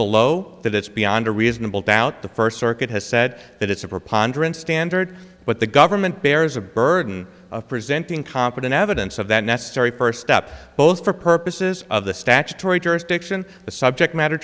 below that it's beyond a reasonable doubt the first circuit has said that it's a preponderance standard but the government bears the burden of presenting competent evidence of that necessary first step both for purposes of the statutory jurisdiction the subject matter